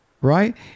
right